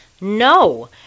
no